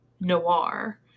Noir –